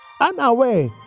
unaware